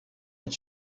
est